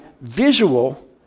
visual